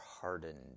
hardened